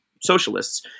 socialists